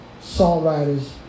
songwriters